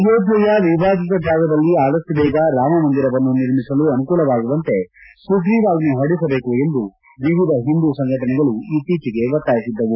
ಅಯೋಧ್ಯೆಯ ವಿವಾದಿತ ಜಾಗದಲ್ಲಿ ಅದಷ್ಟು ಬೇಗ ರಾಮಮಂದಿರವನ್ನು ನಿರ್ಮಿಸಲು ಅನುಕೂಲವಾಗುವಂತೆ ಸುಗ್ರೀವಾಜ್ಞೆ ಹೊರಡಿಸಬೇಕು ಎಂದು ವಿವಿಧ ಒಂದೂ ಸಂಘಟನೆಗಳು ಇತ್ತೀಚೆಗೆ ಒತ್ತಾಯಿಸಿದ್ದವು